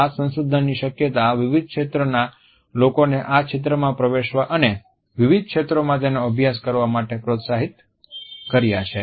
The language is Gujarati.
આ સંશોધનની શક્યતા વિવિધ ક્ષેત્રના લોકોને આ ક્ષેત્રમાં પ્રવેશવા અને વિવિધ ક્ષેત્રોમાં તેનો અભ્યાસ કરવા માટે પ્રોત્સાહિત કર્યા છે